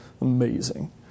Amazing